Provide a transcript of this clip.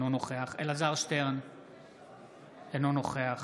אינו נוכח